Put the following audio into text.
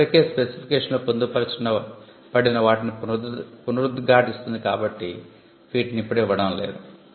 ఇది ఇప్పటికే స్పెసిఫికేషన్లో పొందుపరచబడిన వాటిని పునరుద్ఘాటిస్తోంది కాబట్టి వీటిని ఇప్పుడు ఇవ్వడం లేదు